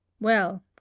Well